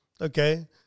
Okay